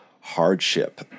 hardship